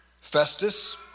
Festus